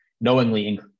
knowingly